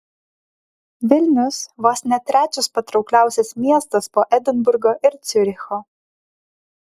vilnius vos ne trečias patraukliausias miestas po edinburgo ir ciuricho